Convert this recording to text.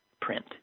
print